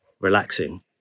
relaxing